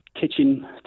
kitchen